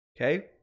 Okay